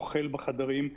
אוכל בחדרים,